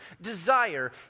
desire